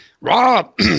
Rob